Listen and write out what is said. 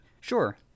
sure